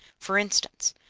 for instance,